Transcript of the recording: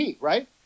right